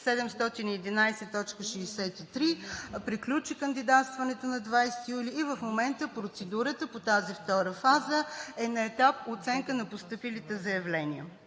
711,63 лв. – кандидатстването приключи на 20 юли, и в момента процедурата по тази втора фаза е на етап оценка на постъпилите заявления.